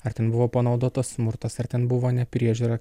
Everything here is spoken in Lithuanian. ar ten buvo panaudotas smurtas ar ten buvo nepriežiūra